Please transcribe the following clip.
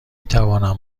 توانم